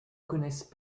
connaissent